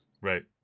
Right